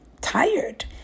tired